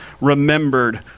remembered